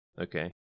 Okay